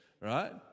right